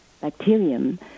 bacterium